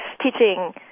teaching